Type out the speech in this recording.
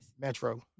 Metro